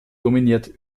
dominiert